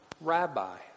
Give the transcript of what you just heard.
rabbi